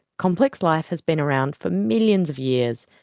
complex life has been around for millions of years,